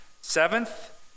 Seventh